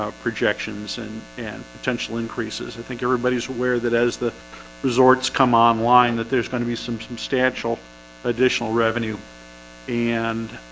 ah projections and and potential increases. i think everybody's aware that as the resorts come online that there's going to be some substantial additional revenue and